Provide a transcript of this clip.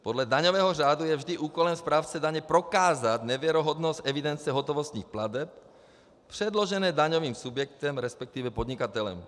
Podle daňového řádu je vždy úkolem správce daně prokázat nevěrohodnost evidence hotovostních plateb předložené daňovým subjektem, respektive podnikatelem.